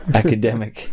academic